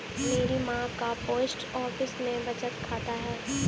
मेरी मां का पोस्ट ऑफिस में बचत खाता है